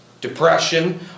depression